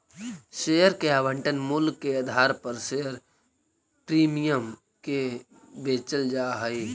share के आवंटन मूल्य के आधार पर शेयर प्रीमियम के बेचल जा हई